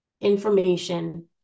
information